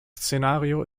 szenario